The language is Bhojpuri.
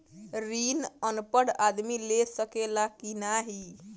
ऋण अनपढ़ आदमी ले सके ला की नाहीं?